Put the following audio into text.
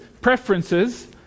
preferences